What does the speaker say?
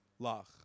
lach